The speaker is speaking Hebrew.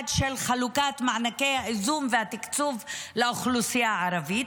של חלוקת מענקי האיזון והתקצוב לאוכלוסייה הערבית,